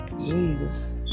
Jesus